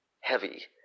heavy